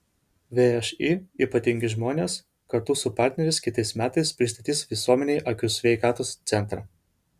všį ypatingi žmonės kartu su partneriais kitais metais pristatys visuomenei akių sveikatos centrą